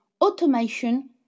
automation